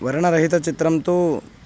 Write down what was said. वर्णरहितचित्रं तु